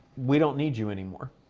we don't need you anymore.